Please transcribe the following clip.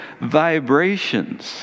vibrations